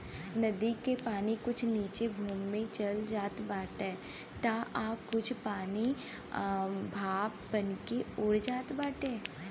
नदी के पानी कुछ नीचे भूमि में चल जात बाटे तअ कुछ पानी भाप बनके उड़ जात बाटे